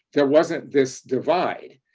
there wasn't this divide.